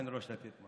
אין ראש לתת.